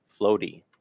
floaty